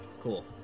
cool